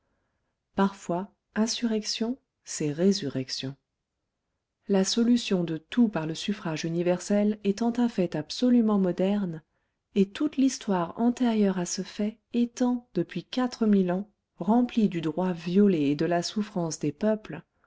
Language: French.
parfois insurrection c'est résurrection la solution de tout par le suffrage universel étant un fait absolument moderne et toute l'histoire antérieure à ce fait étant depuis quatre mille ans remplie du droit violé et de la souffrance des peuples